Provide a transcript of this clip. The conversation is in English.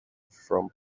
from